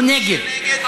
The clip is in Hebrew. מי שנגד, הוא נגד.